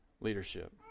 leadership